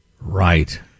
right